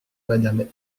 madame